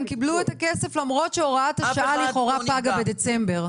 הם קיבלו את הכסף למרות שהוראת השעה לכאורה פגה בדצמבר.